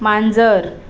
मांजर